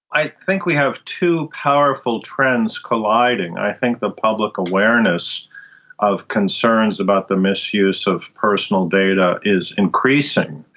i think we have two powerful trends colliding. i think the public awareness of concerns about the misuse of personal data is increasing.